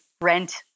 rent